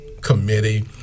committee